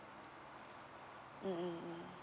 mm mm mm